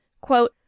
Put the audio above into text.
Quote